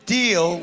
deal